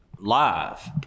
live